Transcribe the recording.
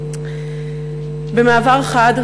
במעבר חד,